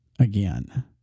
Again